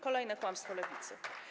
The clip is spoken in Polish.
Kolejne kłamstwo lewicy.